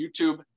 YouTube